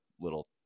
little